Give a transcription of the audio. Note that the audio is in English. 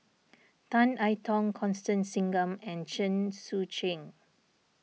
Tan I Tong Constance Singam and Chen Sucheng